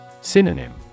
synonym